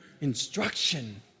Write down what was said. Instruction